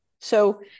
So-